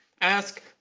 ask